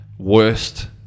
worst